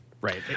Right